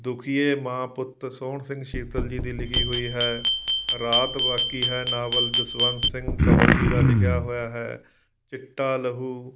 ਦੁਖੀਏ ਮਾਂ ਪੁੱਤ ਸੋਹਣ ਸਿੰਘ ਸ਼ੀਤਲ ਜੀ ਦੀ ਲਿਖੀ ਹੋਈ ਹੈ ਰਾਤ ਬਾਕੀ ਹੈ ਨਾਵਲ ਜਸਵੰਤ ਸਿੰਘ ਕਵਲ ਜੀ ਦਾ ਲਿਖਿਆ ਹੋਇਆ ਹੈ ਚਿੱਟਾ ਲਹੂ